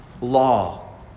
law